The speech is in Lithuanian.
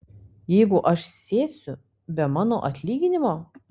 jeigu aš sėsiu be mano atlyginimo